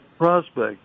Prospect